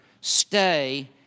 stay